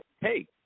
hey